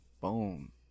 Boom